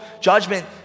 judgment